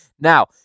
Now